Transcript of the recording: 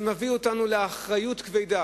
זה מביא אותנו לאחריות כבדה